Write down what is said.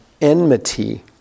enmity